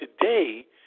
today